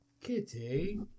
Kitty